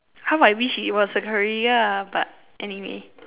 how I wish it was a career but anyway